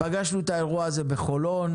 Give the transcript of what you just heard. פגשנו את האירוע הזה בחולון.